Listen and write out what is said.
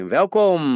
Welkom